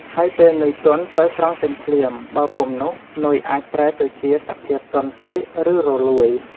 ហើយពេលនុយទន់ត្រូវស្រង់ចេញភ្លាម បើពុំនោះនុយអាចប្រែទៅជាសភាពទន់ពេក ឬរលួយ។